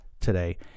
Today